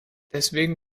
deswegen